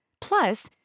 Plus